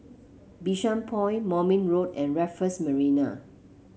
Bishan Point Moulmein Road and Raffles Marina